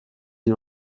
die